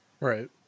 Right